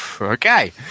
Okay